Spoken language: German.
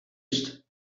ist